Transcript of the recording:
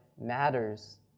matters